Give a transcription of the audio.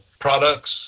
products